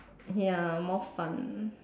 ya more fun